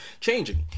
changing